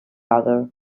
other